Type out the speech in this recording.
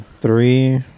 Three